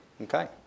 Okay